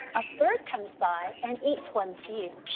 a bird comes by and eats one seed.